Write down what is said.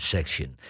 Section